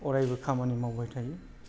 अरायबो खामानि मावबाय थायो